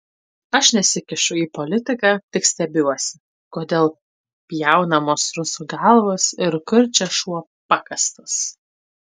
aš nesikišu į politiką tik stebiuosi kodėl pjaunamos rusų galvos ir kur čia šuo pakastas